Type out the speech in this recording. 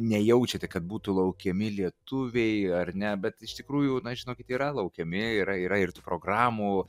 nejaučiate kad būtų laukiami lietuviai ar ne bet iš tikrųjų na žinokit yra laukiami yra yra ir tų programų